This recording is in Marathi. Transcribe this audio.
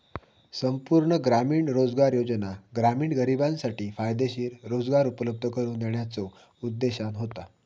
संपूर्ण ग्रामीण रोजगार योजना ग्रामीण गरिबांसाठी फायदेशीर रोजगार उपलब्ध करून देण्याच्यो उद्देशाने होता